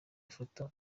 ifoto